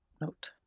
note